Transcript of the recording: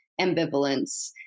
ambivalence